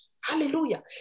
Hallelujah